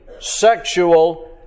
sexual